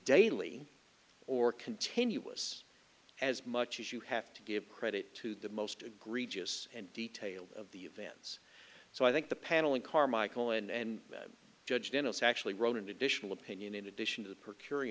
daily or continuous as much as you have to give credit to the most egregious and detail of the events so i think the panel in carmichael and judge dennis actually wrote an additional opinion in addition to the per